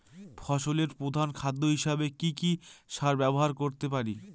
ফসলের প্রধান খাদ্য হিসেবে কি কি সার ব্যবহার করতে পারি?